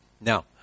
Now